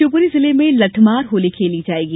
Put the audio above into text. शिवपुरी जिले में लठ मार होली खेली जायेगी